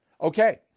Okay